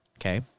okay